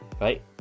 right